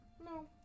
No